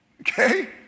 Okay